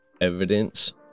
evidence